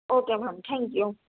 okay ma'am thank you